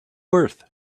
earth